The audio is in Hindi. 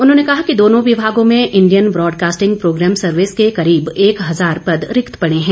उन्होंने कहा कि दोनों विभागों में इंडियन ब्रॉडकास्टिंग प्रोग्राम सर्विस के करीब एक हजार पद रिक्त पड़े हैं